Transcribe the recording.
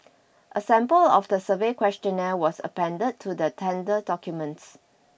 a sample of the survey questionnaire was appended to the tender documents